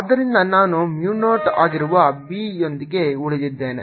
ಆದ್ದರಿಂದ ನಾನು mu 0 ಆಗಿರುವ B ಯೊಂದಿಗೆ ಉಳಿದಿದ್ದೇನೆ